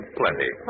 plenty